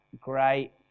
great